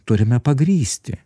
turime pagrįsti